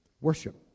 Worship